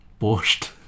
Borscht